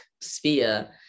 sphere